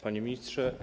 Panie Ministrze!